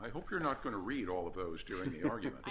i hope you're not going to read all of those during the argument